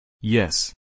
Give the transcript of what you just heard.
Yes